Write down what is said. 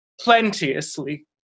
plenteously